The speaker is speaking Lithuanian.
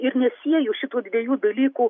ir nesieju šitų dviejų dalykų